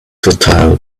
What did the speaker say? futile